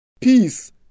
peace